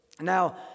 Now